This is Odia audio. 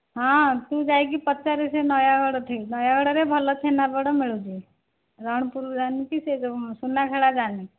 ହଁ ତୁ ଯାଇକି ପଚାରେ ସେ ନୟାଗଡ଼ଠି ନୟାଗଡ଼ରେ ଭଲ ଛେନାପୋଡ଼ ମିଳୁଛି ରଣପୁର ଯାଣିନି କି ସେ ଯେଉଁ ସୁନାଖେଳା ଯାଣିନି